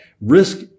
risk